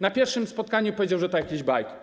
Na pierwszym spotkaniu powiedział, że to jakieś bajki.